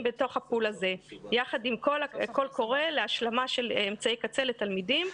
בתוך הפול הזה יחד עם קול קורא להשלמה של אמצעי קצה לתלמידים.